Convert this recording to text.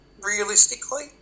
realistically